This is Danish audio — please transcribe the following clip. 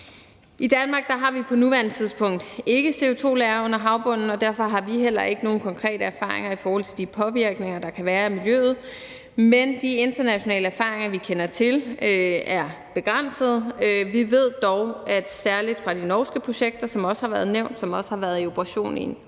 I Danmark har vi på nuværende tidspunkt ikke CO2-lagre under havbunden, og derfor har vi heller ikke nogen konkrete erfaringer i forhold til de påvirkninger, der kan være af miljøet. De internationale erfaringer, vi kender til, er begrænsede, men vi ved dog fra de norske projekter, som også har været nævnt, og som også har været i operation